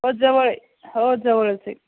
हो जवळ हो जवळच आहे